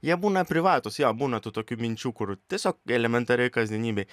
jie būna privatūs jo būna tų tokių minčių kur tiesiog elementarioj kasdienybėj